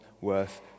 worth